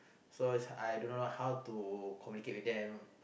so is I do not know how to communicate with them